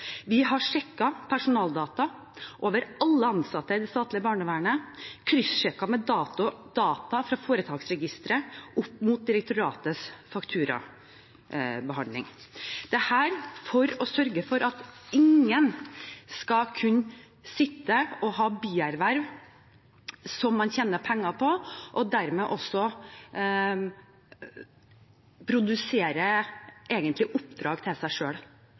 statlige barnevernet, kryssjekket data fra foretaksregisteret mot direktoratets fakturabehandling – dette for å sørge for at ingen skal kunne sitte og ha bierverv som de tjener penger på, og dermed også produserer oppdrag til seg